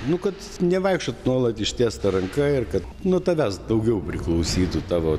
nu kad nevaikščiot nuolat ištiesta ranka ir kad nuo tavęs daugiau priklausytų tavo